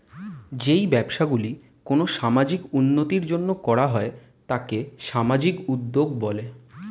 যেই ব্যবসাগুলি কোনো সামাজিক উন্নতির জন্য করা হয় তাকে সামাজিক উদ্যোগ বলে